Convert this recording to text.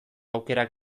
aukerak